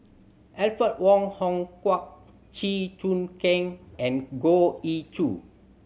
Alfred Wong Hong Kwok Chew Choo Keng and Goh Ee Choo